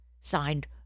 Signed